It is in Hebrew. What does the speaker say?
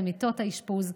למיטות האשפוז,